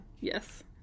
yes